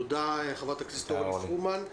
תודה לחברת הכנסת אורלי פרומן.